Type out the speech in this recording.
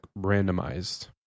randomized